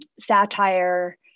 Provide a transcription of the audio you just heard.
satire